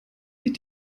sie